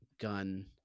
gun